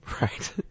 Right